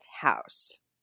house